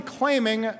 claiming